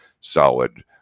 solid